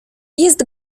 jest